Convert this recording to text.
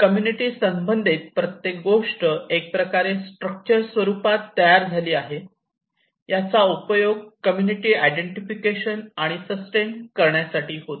community संबंधित प्रत्येक गोष्ट एक प्रकारे स्ट्रक्चर स्वरूपात तयार झाले आहे याचा उपयोग कम्युनिटी आयडेंटिफिकेशन आणि सस्टेन करण्यासाठी होतो